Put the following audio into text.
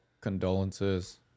condolences